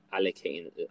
allocating